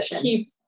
keep